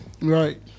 Right